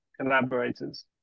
collaborators